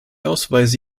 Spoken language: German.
ausweise